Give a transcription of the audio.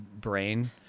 brain